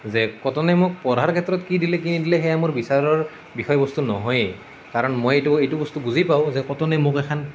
যে কটনে মোক পঢ়াৰ ক্ষেত্ৰত কি দিলে কি নিদিলে সেয়া মোৰ বিচাৰৰ বিষয়বস্তু নহয়েই কাৰণ মই এইটো এইটো বস্তু বুজি পাওঁ যে কটনে মোক এখন